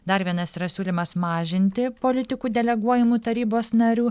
dar vienas yra siūlymas mažinti politikų deleguojamų tarybos narių